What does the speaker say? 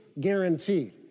guaranteed